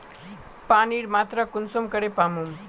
पानीर मात्रा कुंसम करे मापुम?